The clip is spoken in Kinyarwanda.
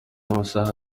amasaha